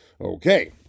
Okay